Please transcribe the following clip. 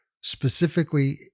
specifically